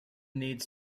needs